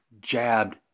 jabbed